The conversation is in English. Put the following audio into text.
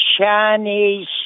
Chinese